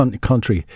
country